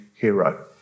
hero